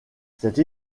cette